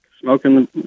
smoking